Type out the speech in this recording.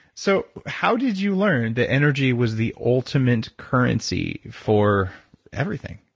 so, how did you learn that energy was the ultimate currency for everything?